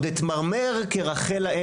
כפול,